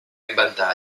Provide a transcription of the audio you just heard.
inventar